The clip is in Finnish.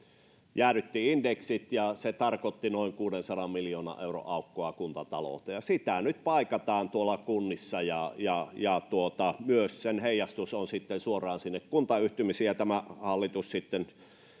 jäädytti indeksit ja se tarkoitti noin kuudensadan miljoonan euron aukkoa kuntatalouteen sitä nyt paikataan kunnissa ja ja sen heijastus on myös suoraan kuntayhtymiin tämä hallitus